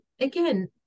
again